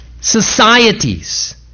societies